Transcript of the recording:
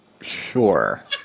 Sure